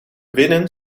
winnen